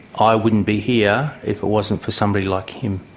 i wouldn't be here if it wasn't for somebody like him.